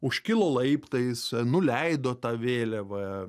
užkilo laiptais nuleido tą vėliavą